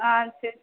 ஆ சேரி